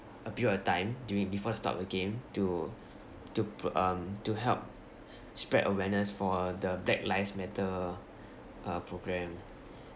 a period of time during before the start of the game to to pr~ um to help spread awareness for the black lives matter uh programme